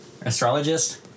astrologist